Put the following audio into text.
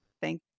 thank